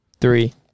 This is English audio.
Three